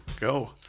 Go